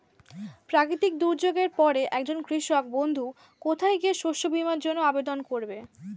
প্রাকৃতিক দুর্যোগের পরে একজন কৃষক বন্ধু কোথায় গিয়ে শস্য বীমার জন্য আবেদন করবে?